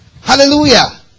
hallelujah